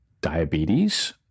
diabetes